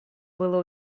было